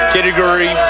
Category